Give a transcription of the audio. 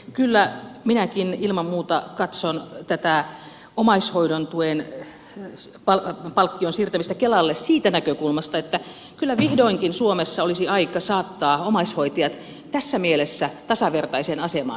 kyllä minäkin ilman muuta katson tätä omaishoidon tuen palkkion siirtämistä kelalle siitä näkökulmasta että kyllä vihdoinkin suomessa olisi aika saattaa omaishoitajat tässä mielessä tasavertaiseen asemaan